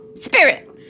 Spirit